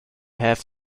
have